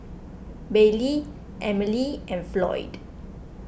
Baylee Emile and Floyd